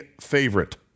favorite